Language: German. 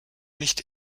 nicht